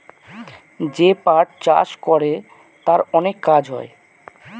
যে পাট চাষ করে তার অনেক কাজ হয়